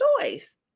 choice